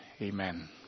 Amen